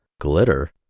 Glitter